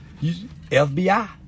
FBI